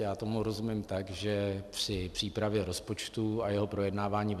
Já tomu rozumím tak, že při přípravě rozpočtu a jeho projednávání ve